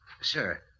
Sir